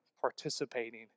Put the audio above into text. participating